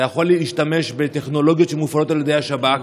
אתה יכול להשתמש בטכנולוגיות שמופעלות על ידי השב"כ,